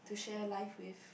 to share life with